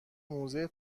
موزه